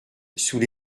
sous